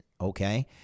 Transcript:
okay